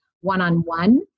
one-on-one